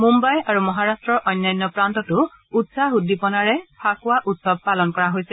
মুম্বাই আৰু মহাৰাট্টৰ অন্যান্য প্ৰান্তটো উৎসাহ উদ্দীপনাৰে ফাকুৱা উৎসৱ পালন কৰা হৈছে